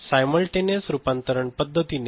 simultaneous रूपांतरण पद्धतीने